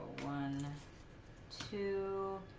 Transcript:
one to